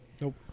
Nope